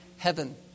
Heaven